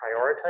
prioritize